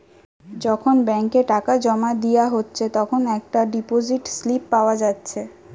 যখন ব্যাংকে টাকা জোমা দিয়া হচ্ছে তখন একটা ডিপোসিট স্লিপ পাওয়া যাচ্ছে